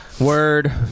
Word